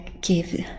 give